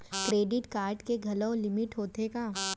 Credit card के घलव limit होथे का?